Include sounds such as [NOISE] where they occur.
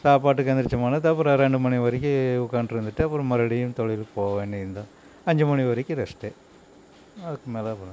சாப்பாட்டுக்கு எந்திரிச்சோமுன்னா அப்புறம் ரெண்டு மணி வரைக்கு உட்காந்துட்டு இருந்துட்டு அப்பறம் மறுபடியும் தொழிலுக்கு போகவேண்டியது தான் அஞ்சு மணி வரைக்கும் ரெஸ்ட் அதுக்கு மேலே [UNINTELLIGIBLE]